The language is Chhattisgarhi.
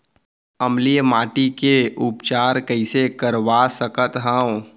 अम्लीय माटी के उपचार कइसे करवा सकत हव?